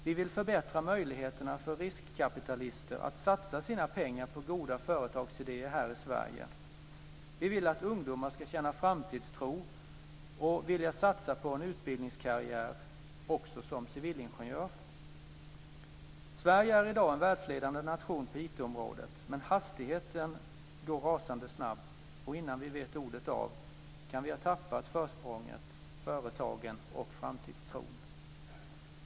Vi vill förbättra möjligheterna för riskkapitalister att satsa sina pengar på goda företagsidéer här i Sverige. vi vill att ungdomar ska känna framtidstro och vilja satsa på en utbildningskarriär också som civilingenjörer. Sverige är i dag en världsledande nation på IT området, men utvecklingen går rasande snabbt och innan vi vet ordet av kan vi ha tappat försprånget, företagen och framtidstron.